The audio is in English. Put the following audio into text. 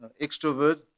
extrovert